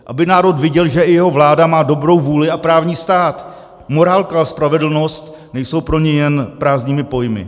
Aby národ viděl, že i jeho vláda má dobrou vůli a právní stát, morálka a spravedlnost nejsou pro ni jen prázdnými pojmy.